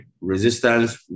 resistance